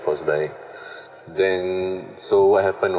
sports bike then so what happen